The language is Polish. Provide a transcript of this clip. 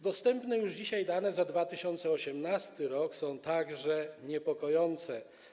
Dostępne już dzisiaj dane za 2018 r. są także niepokojące.